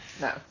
No